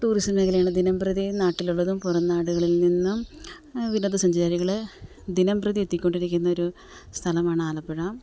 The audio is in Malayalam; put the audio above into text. ടൂറിസം മേഖലകൾ ദിനംപ്രതി നാട്ടിലുള്ളതും പുറം നാടുകളിൽ നിന്നും വിനോദ സഞ്ചാരികൾ ദിനംപ്രതി എത്തികൊണ്ടിരിക്കുന്നൊരു സ്ഥലമാണ് ആലപ്പുഴ